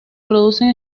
producen